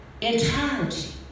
entirety